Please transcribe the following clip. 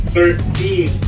Thirteen